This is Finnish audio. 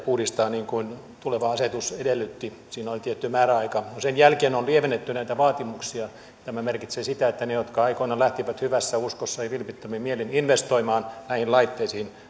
puhdistaa niin kuin tuleva asetus edellytti siinä oli tietty määräaika sen jälkeen on lievennetty näitä vaatimuksia tämä merkitsee sitä että niille jotka aikoinaan lähtivät hyvässä uskossa ja vilpittömin mielin investoimaan näihin laitteisiin